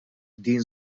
din